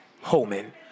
Holman